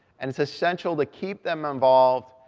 and it's essential to keep them involved,